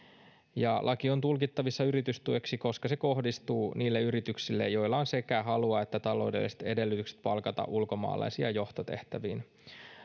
ja laki on tulkittavissa yritystueksi koska se kohdistuu niihin yrityksiin joilla on sekä halua että taloudelliset edellytykset palkata ulkomaalaisia johtotehtäviin